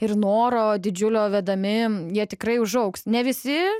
ir noro didžiulio vedami jie tikrai užaugs ne visi